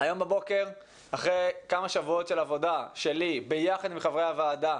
בבוקר אחרי כמה שבועות של עבודה שלי ביחד עם חברי הוועדה,